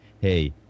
hey